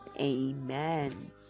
Amen